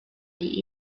die